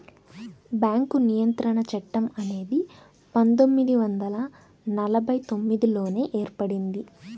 bank నియంత్రణ చట్టం అనేది పందొమ్మిది వందల నలభై తొమ్మిదిలోనే ఏర్పడింది